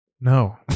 No